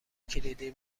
کلیدی